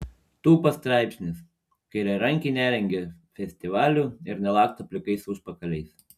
tūpas straipsnis kairiarankiai nerengia festivalių ir nelaksto plikais užpakaliais